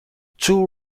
two